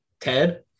Ted